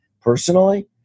personally